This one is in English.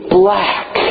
black